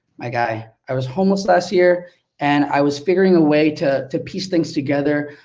my guy. i was homeless last year and i was figuring a way to to piece things together,